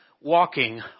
walking